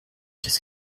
qu’est